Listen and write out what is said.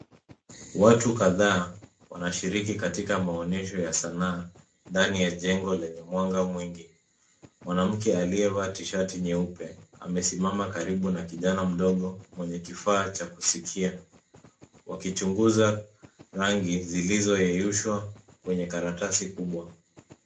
Watu kadhaa wanashiriki katika maonyesho ya sanaa, ndani ya jengo lenye mwanga mwingi. Mwanamke aliyavaa tishati nyeupe, amesimama karibu na kijana mdogo mwenye kifaa cha kusikia; wakichunguza rangi zilizoyeyushwa kwenye karatasi kubwa.